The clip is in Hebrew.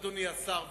אדוני השר,